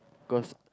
cause